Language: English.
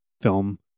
film